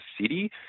city